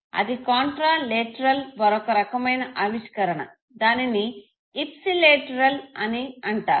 అది contralateral మరొక రకమైన ఆవిష్కరణ దానిని ఇప్సి లేటరల్ అని అంటారు